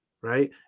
right